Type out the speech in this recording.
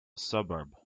suburb